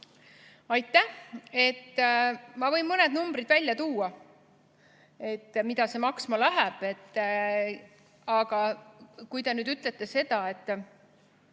Aitäh! Ma võin mõned numbrid välja tuua, et mida see maksma läheb. Aga kui te nüüd ütlete, et